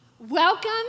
Welcome